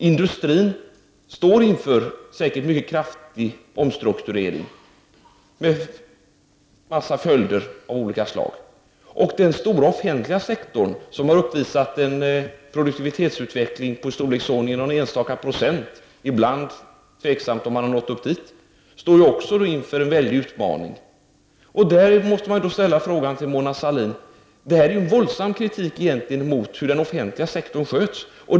Industrin står inför en säkerligen mycket kraftig omstrukturering med följder av en mängd olika slag. Även den stora offentliga sektorn, som har uppvisat en produktivitetsutveckling i storleksordningen någon enstaka procent — ibland har det varit tveksamt om den ens nått dit — står inför en väldig utmaning. Jag vill ställa en fråga till Mona Sahlin. Det här är ju egentligen en våldsam kritik mot hur den offentliga sektorn sköts.